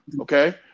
okay